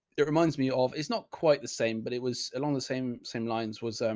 it reminds me of, it's not quite the same, but it was along the same, same lines was, um.